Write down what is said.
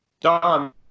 Don